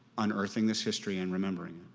unearthing this history and remembering